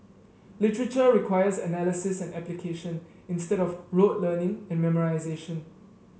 literature requires analysis and application instead of rote learning and memorisation